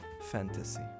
fantasy